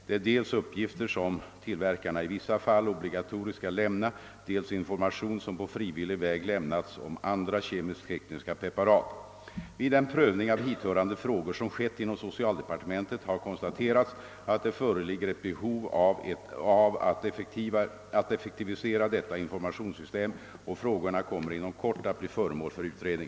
Det är dels uppgifter som tillverkarna i vissa fall obligatoriskt skall lämna, dels information som på frivillig väg lämnats om andra kemiskt-tekniska preparat. Vid den prövning av hithörande frågor som skett inom socialdepartementet har konstaterats, att det föreligger ett behov av ait effektivisera detta informationssystem, och frågorna kommer inom kort att bli föremål för utredning.